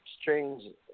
strange